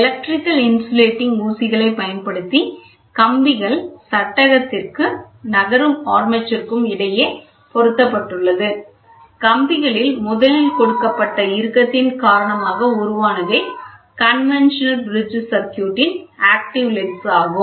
electrical insulating ஊசிகளைப் பயன்படுத்தி கம்பிகள் சட்டகத்திற்கும் நகரும் ஆர்மெச்சருக்கும் இடையே பொருத்தப்பட்டுள்ளது கம்பிகளில் முதலில் கொடுக்கப்பட்ட இறுக்கத்தின் காரணமாக உருவானதே conventional bridge circuit ன் active legs ஆகும்